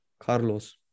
Carlos